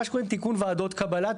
מה שקוראים תיקון ועדות קבלה,